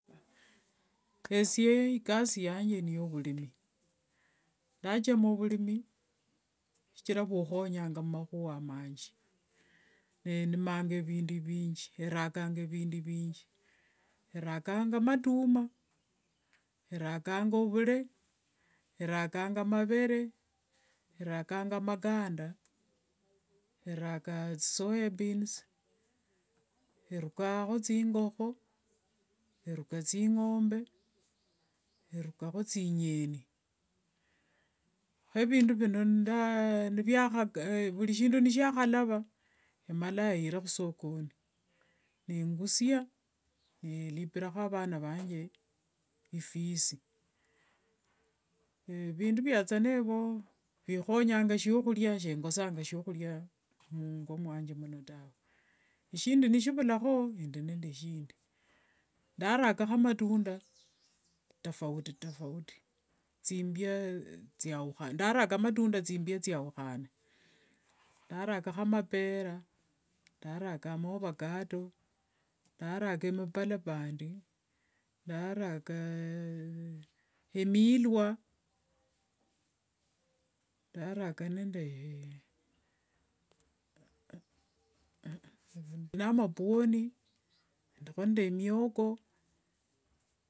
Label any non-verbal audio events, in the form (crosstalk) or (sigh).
Esye inamba yanje niyovurimi ndachama vurimi shichira vukhonyanga mumakhuwa manji, nendimanga vindu vinji, erakanga vindu vinji, erakanga matumwa, erakanga ovure, erakanga mavere, erakanga maganda, erakanga soya beans, erukhangakho thingokho, eruka thingombe, erukakho thinyeni kho ephindu phino (hesitation) vuri shindu nishiakhalava emalanga eyiree khusokoni, ningusia nilipirakho vana vanje school fees, evindu viene evo vukhonyanga vyakhuria shingosanga shiakhuria mungo mwange muno taa, shindi nishivulakhooyo endi nde shindi, ndarakakho matunda tofauti tofauti, thimbia thiaukhane ndarakakho amapera, ndarakakho avacado ndaraka mipalabandi, ndaraka emilwa, ndaraka nende (hesitation) amapwoni ndikho nde mioko.